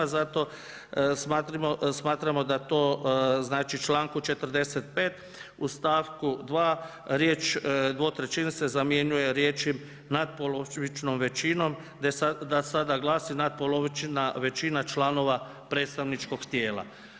Zato smatramo da to znači članku 45. u stavku 2. riječ dvotrećinska se zamjenjuje riječi nadpolovičnom većinom, da sada glasi nadpolovična većina članova predstavničkog tijela.